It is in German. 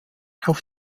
auf